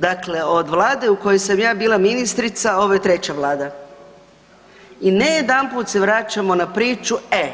Dakle, od Vlade u kojoj sam ja bila ministrica ovo je treća vlada i ne jedanput se vraćamo na priču e